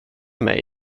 mig